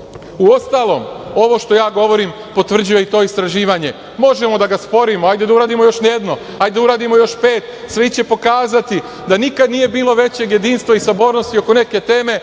misli. Uostalom, ovo što ja govorim potvrđuje i to istraživanje. Možemo da ga sporimo, hajde da uradimo još jedno, hajde da uradimo još pet, svi će pokazati da nikad nije bilo većeg jedinstva i sabornosti oko neke teme